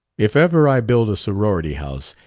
if ever i build a sorority house,